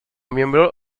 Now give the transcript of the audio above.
miembro